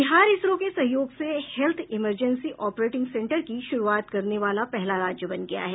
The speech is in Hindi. बिहार इसरो के सहयोग से हेल्थ इमरजेंसी ऑपरेटिंग सेन्टर की शुरूआत करने वाला पहला राज्य बन गया है